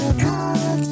cold